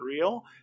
real